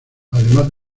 además